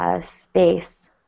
space